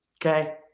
Okay